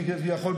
כביכול,